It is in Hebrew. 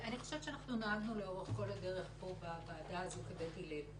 אני חושבת שאנחנו נהגנו לאורך כל הדרך פה בוועדה הזו כבית הלל.